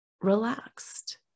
relaxed